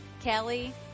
Kelly